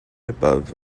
above